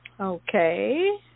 Okay